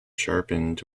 sharpened